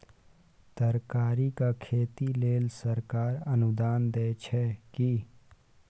तरकारीक खेती लेल सरकार अनुदान दै छै की?